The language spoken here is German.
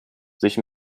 sich